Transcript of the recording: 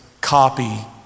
copy